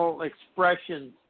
expressions